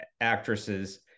actresses